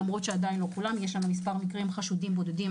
למרות שעדיין לא כולם יש מספר מקרים חשודים בודדים